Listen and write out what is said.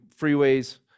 freeways